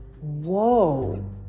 whoa